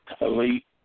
elite